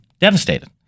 devastated